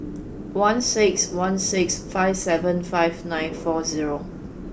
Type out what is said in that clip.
one six one six five seven five nine four zero